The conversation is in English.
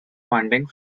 funding